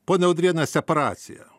ponia udriene separacija